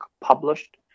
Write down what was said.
published